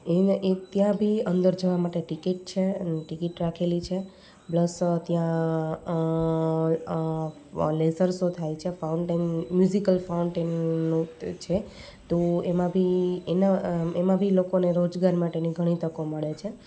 એ એ ત્યાં બી અંદર જવા માટે ટિકિટ છે અની ટિકિટ રાખેલી છે પ્લસ ત્યાં લેઝર સો થાય છે ફાઉન્ટેન મ્યૂઝિકલ ફાઉન્ટેનનું છે તો એમાં બી એમાં બી લોકોને રોજગાર માટેની ઘણી તકો મળે છે